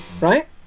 right